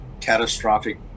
catastrophic